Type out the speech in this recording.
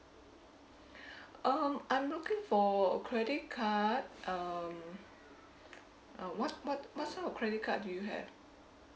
um I'm looking for credit card um uh what what what type of credit card do you have